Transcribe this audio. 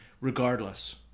regardless